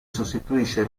sostituisce